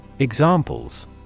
Examples